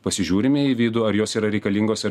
pasižiūrime į vidų ar jos yra reikalingos ar